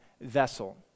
vessel